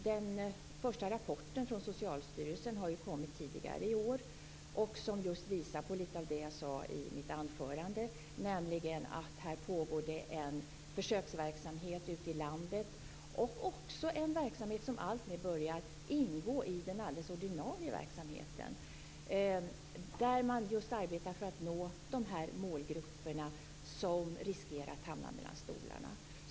Den första rapporten från Socialstyrelsen har kommit tidigare i år och visar lite av det som jag nämnde i mitt anförande, nämligen att det pågår en försöksverksamhet ute i landet, en verksamhet som alltmer börjar ingå i den ordinarie verksamheten. Där arbetar man med att nå de målgrupper som riskerar att hamna mellan stolarna.